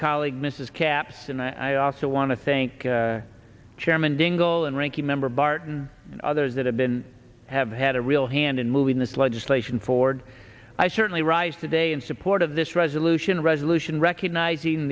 colleague mrs caps and i also want to thank chairman dingell and ranking member barton and others that have been have had a real hand in moving this legislation forward i certainly rise today in support of this resolution a resolution recognizing